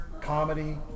comedy